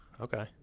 Okay